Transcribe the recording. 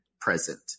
present